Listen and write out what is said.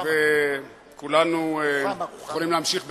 וכולנו יכולים להמשיך בסדר-היום.